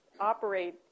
operate